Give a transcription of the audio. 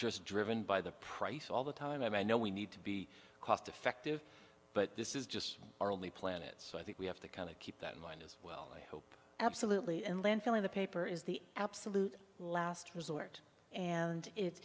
just driven by the price all the time i know we need to be cost effective but this is just our only planet so i think we have to kind of keep that in mind as well i hope absolutely and landfill in the paper is the absolute last resort and